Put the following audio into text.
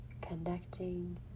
connecting